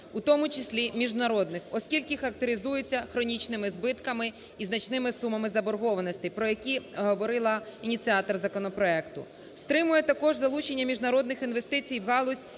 в тому числі міжнародних, оскільки характеризується хронічними збитками і значними сумами заборгованостей, про які говорила ініціатор законопроекту. Стримує також залучення міжнародних інвестицій в галузь